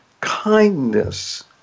kindness